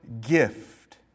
gift